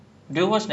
ya like ugh